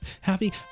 Happy